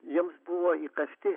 jiems buvo įkasti